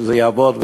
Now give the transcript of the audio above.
שיעבוד,